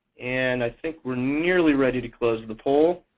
and i think we're nearly ready to close the poll.